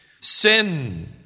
Sin